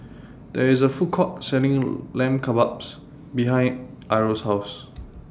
There IS A Food Court Selling Lamb Kebabs behind Irl's House